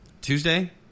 Tuesday